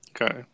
Okay